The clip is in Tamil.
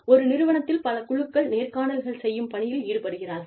ஒரு நிறுவனத்தில் பல குழுக்கள் நேர்காணல்கள் செய்யும் பணியில் ஈடுபடுகிறார்கள்